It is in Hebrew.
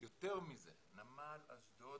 יותר מזה, נמל אשדוד